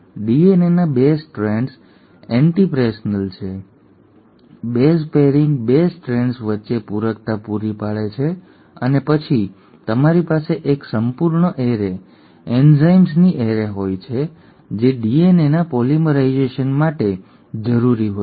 ડીએનએના 2 strands antiparallel છે base pairing 2 strands વચ્ચે પૂરકતા પૂરી પાડે છે અને પછી તમારી પાસે એક સંપૂર્ણ એરે એન્ઝાઇમ્સની એરે હોય છે જે ડીએનએના પોલિમરાઇઝેશન માટે જરૂરી હોય છે